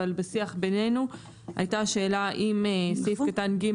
אבל בשיח בינינו הייתה השאלה האם סעיף קטן (ג)